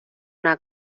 una